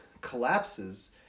collapses